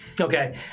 Okay